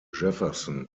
jefferson